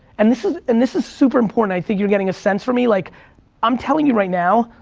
and this is and this is super important, i think you're getting a sense from me, like i'm telling you right now,